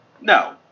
No